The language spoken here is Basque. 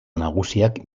nagusiak